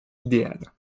idéal